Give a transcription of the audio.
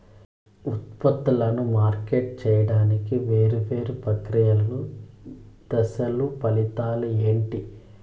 ఉత్పత్తులను మార్కెట్ సేయడానికి వేరువేరు ప్రక్రియలు దశలు ఫలితాలు ఏంటి?